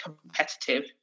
competitive